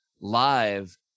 live